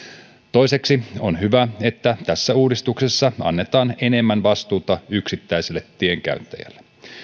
toiseksi on hyvä että tässä uudistuksessa annetaan enemmän vastuuta yksittäiselle tienkäyttäjälle